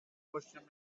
washing